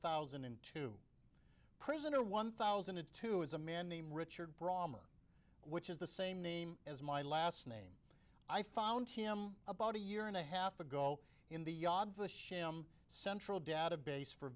thousand and two prisoner one thousand and two is a man named richard brahma which is the same name as my last name i found him about a year and a half ago in the yard of the sham central database for